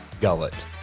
Gullet